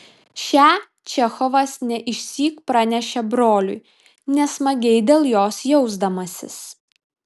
šią čechovas ne išsyk pranešė broliui nesmagiai dėl jos jausdamasis